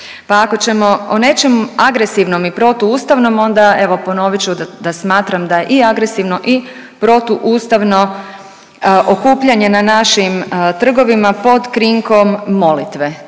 pa ako ćemo o nečem agresivnom i protuustavnom onda evo ponovit ću da smatram da i agresivno i protuustavno okupljanje na našim trgovima pod krinkom molitve.